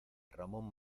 ramón